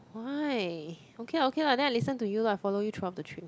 why okay lah okay lah then I listen to you lah follow you throughout the trip